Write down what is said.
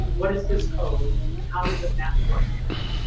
what is this code and how does it map to our standards